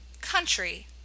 country